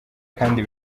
kandi